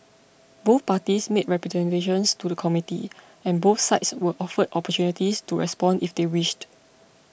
both parties made representations to the Committee and both sides were offered opportunities to respond if they wished